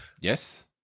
yes